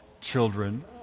children